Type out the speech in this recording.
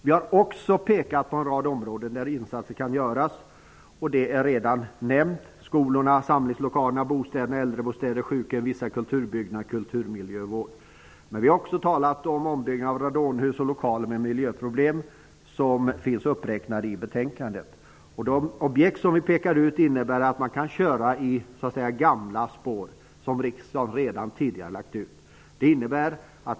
Vi har också pekat på en rad områden där insatser kan göras. Många av dessa är redan nämnda, skolor, samlingslokaler, bostäder, äldrebostäder, sjukhem, vissa kulturbyggnader och kulturmiljövård. Men vi har också talat om de ombyggnader av radonhus och lokaler med miljöproblem som finns uppräknade i betänkandet. De objekt som vi pekar ut innebär att man kan köra i de gamla spår som riksdagen redan tidigare har lagt ut.